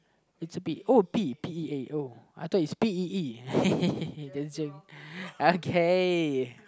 it's a pea oh pea oh P E A oh I thought it's P E E the same okay